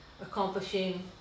accomplishing